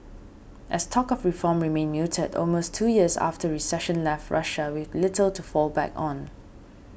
as talk of reform remained muted almost two years of recession left Russia with little to fall back on